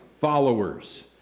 followers